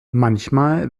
manchmal